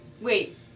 Wait